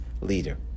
leader